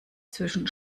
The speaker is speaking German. zwischen